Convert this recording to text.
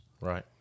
Right